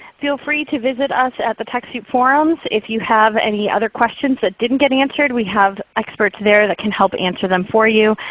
feel free to visit us at the techsoup forms if you have any other questions that didn't get answered, we have experts there that can help answer them for you.